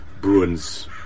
Bruins